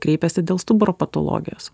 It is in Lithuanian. kreipiasi dėl stuburo patologijos